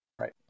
right